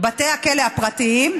בתי הכלא הפרטיים,